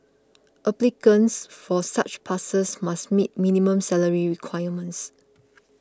applicants for such passes must meet minimum salary requirements